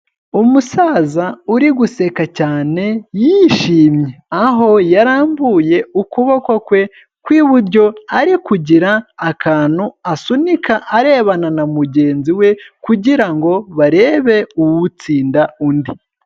Umusaza uri guseka cyane yishimye, aho yarambuye ukuboko kwe ku iburyo, ari kugira akantu asunika arebana na mugenzi we kugira ngo barebe uwutsinda undi.